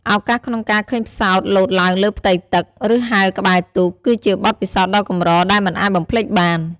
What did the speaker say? ឱកាសក្នុងការឃើញផ្សោតលោតឡើងលើផ្ទៃទឹក ឬហែលក្បែរទូក គឺជាបទពិសោធន៍ដ៏កម្រដែលមិនអាចបំភ្លេចបាន។